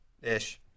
ish